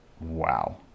Wow